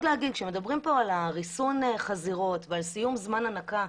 כשמדברים פה על ריסון חזירות ועל סיום זמן הנקה,